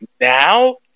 now